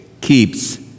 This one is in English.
keeps